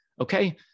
Okay